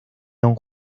don